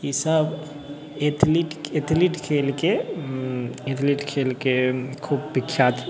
ईसब एएथलीट खेलके एथलीट खेलके खूब विख्यात